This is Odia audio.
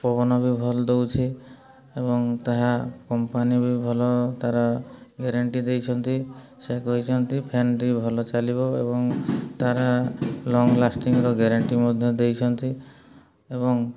ପବନ ବି ଭଲ ଦେଉଛି ଏବଂ ତାହା କମ୍ପାନୀ ବି ଭଲ ତା'ର ଗ୍ୟାରେଣ୍ଟି ଦେଇଛନ୍ତି ସେ କହିଛନ୍ତି ଫ୍ୟାନ୍ଟି ଭଲ ଚାଲିବ ଏବଂ ତା'ର ଲଙ୍ଗ୍ ଲାଷ୍ଟିଂର ଗ୍ୟାରେଣ୍ଟି ମଧ୍ୟ ଦେଇଛନ୍ତି ଏବଂ